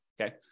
Okay